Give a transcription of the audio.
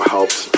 helps